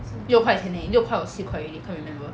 六块钱而已六块 or 四块 only can't remember